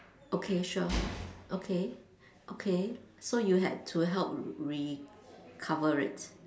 okay sure okay okay so you had to help recover it